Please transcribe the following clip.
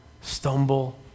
stumble